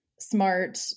smart